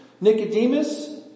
Nicodemus